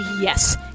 Yes